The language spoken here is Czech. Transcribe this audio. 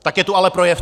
Tak je tu ale projevte!